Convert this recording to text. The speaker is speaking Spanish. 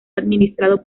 administrado